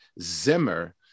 Zimmer